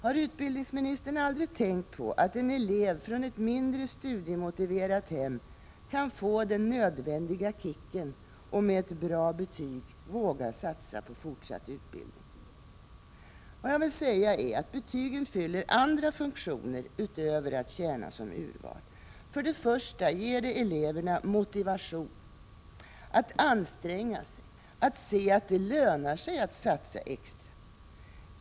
Har utbildningsministern aldrig tänkt på att en elev från ett mindre studiemotiverat hem kan få den nödvändiga kicken och med ett bra betyg våga satsa på fortsatt utbildning? Vad jag vill säga är att betygen fyller andra funktioner utöver att tjäna som urval. För det första ger det eleverna motivation: att anstränga sig, att se att det lönar sig att satsa extra.